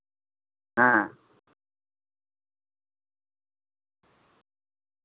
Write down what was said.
ᱦᱮᱸ